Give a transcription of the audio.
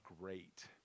great